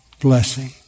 blessing